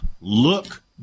look